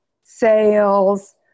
sales